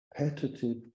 repetitive